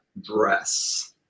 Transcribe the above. dress